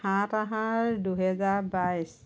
সাত আহাৰ দুহেজাৰ বাইছ